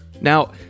Now